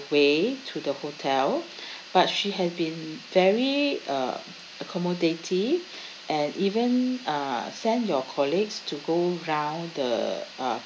way to the hotel but she had been very uh accommodating and even uh sent your colleagues to go around the uh